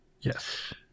Yes